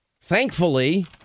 thankfully